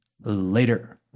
Later